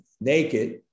naked